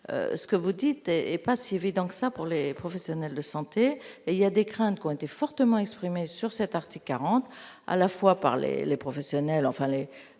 ce que vous dites et pas si évident que ça pour les professionnels de santé et il y a des craintes qui ont été fortement exprimée sur cet article 40 à la fois par les les professionnels enfin les,